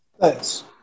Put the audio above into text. Thanks